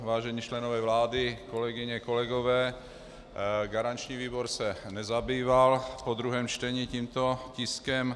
Vážení členové vlády, kolegyně, kolegové, garanční výbor se nezabýval po druhém čtení tímto tiskem.